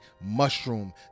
mushroom